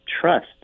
trust